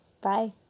Bye